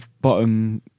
bottom